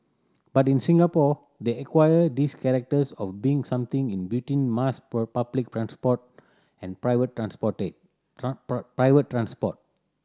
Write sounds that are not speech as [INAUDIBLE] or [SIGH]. but in Singapore they acquired this characters of being something in between mass [UNINTELLIGIBLE] public transport and private [UNINTELLIGIBLE] private transport